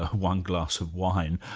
one glass of wine,